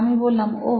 আমি বললাম ওহ